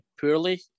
poorly